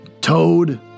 Toad